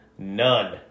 None